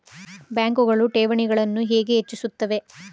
ಬ್ಯಾಂಕುಗಳು ಠೇವಣಿಗಳನ್ನು ಹೇಗೆ ಹೆಚ್ಚಿಸುತ್ತವೆ?